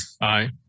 Aye